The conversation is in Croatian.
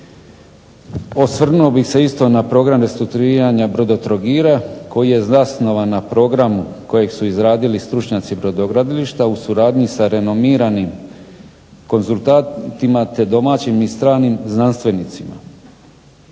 Osvrnuo bih se isto na program restrukturiranja Brodotrogira koji je zasnovan na programu koji su izradili stručnjaci brodogradilišta u skladu sa renomiranim konzultantima te domaćim i stranim znanstvenicima.